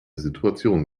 situation